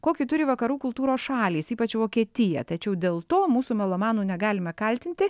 kokį turi vakarų kultūros šalys ypač vokietija tačiau dėl to mūsų melomanų negalime kaltinti